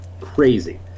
crazy